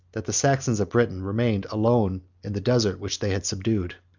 that the saxons of britain remained alone in the desert which they had subdued.